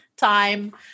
Time